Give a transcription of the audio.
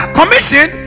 commission